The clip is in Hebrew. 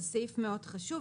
זה סעיף מאוד חשוב,